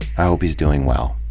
i hope he's doing well.